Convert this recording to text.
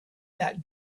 that